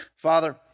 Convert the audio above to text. Father